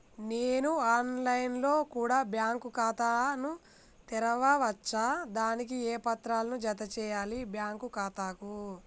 నేను online లో కూడా బ్యాంకు ఖాతా ను తెరవ వచ్చా? దానికి ఏ పత్రాలను జత చేయాలి బ్యాంకు ఖాతాకు?